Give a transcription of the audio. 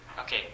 okay